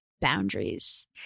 Boundaries